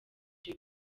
jay